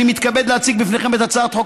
אני מתכבד להציג בפניכם את הצעת חוק